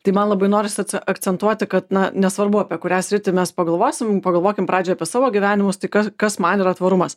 tai man labai norisi akcentuoti kad na nesvarbu apie kurią sritį mes pagalvosim pagalvokim pradžiai apie savo gyvenimus tai kas kas man yra tvarumas